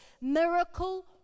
miracle